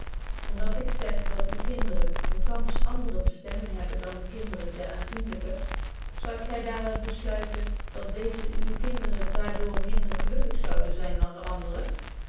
om dat ik zeg dat uwe kinderen eene gansch andere bestemming hebben dan de kinderen der aanzienlyken zoudt gy dààr uit besluiten dat deeze uwe kinderen daar door minder gelukkig zouden zyn dan de anderen